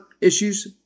issues